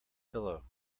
pillow